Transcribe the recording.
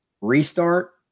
restart